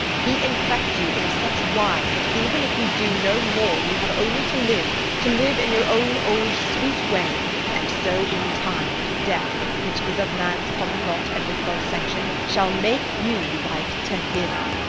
he infect you in such wise, that even if he do no more, you have only to live to live in your own old, sweet way and so in time, death, which is of man's common lot and with god's sanction, shall make you like to him.